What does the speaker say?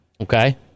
Okay